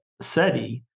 Seti